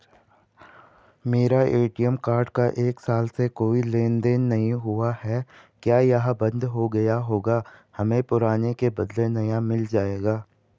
मेरा ATM card का एक साल से कोई लेन देन नहीं हुआ है क्या यह बन्द हो गया होगा हमें पुराने के बदलें नया मिल जाएगा?